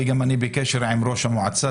ואני גם בקשר עם ראש המועצה,